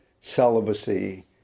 celibacy